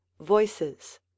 voices